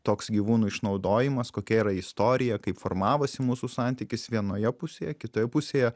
toks gyvūnų išnaudojimas kokia yra istorija kaip formavosi mūsų santykis vienoje pusėje kitoje pusėje